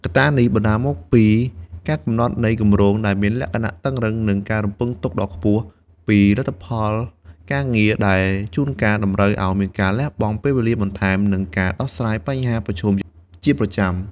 កត្ដានេះបណ្ដាលមកពី ការកំណត់នៃគម្រោងដែលមានលក្ខណៈតឹងរ៉ឹង និង ការរំពឹងទុកដ៏ខ្ពស់ ពីលទ្ធផលការងារ ដែលជួនកាលតម្រូវឱ្យមានការលះបង់ពេលវេលាបន្ថែម និងការដោះស្រាយបញ្ហាប្រឈមជាប្រចាំ។